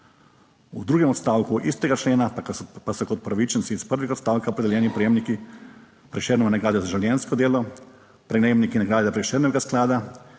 v drugem odstavku istega člena pa so kot upravičenci iz prvega odstavka opredeljeni prejemniki Prešernove nagrade za življenjsko delo, prejemniki nagrade Prešernovega sklada,